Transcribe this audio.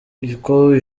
uko